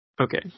Okay